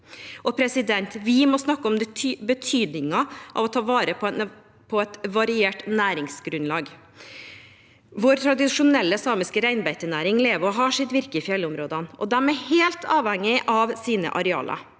distriktene. Vi må snakke om betydningen av å ta vare på et variert næringsgrunnlag. Vår tradisjonelle samiske reinbeitenæring lever og har sitt virke i fjellområdene, og de er helt avhengig av sine arealer.